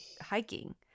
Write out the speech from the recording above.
hiking